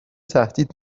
تهدید